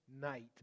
night